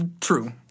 True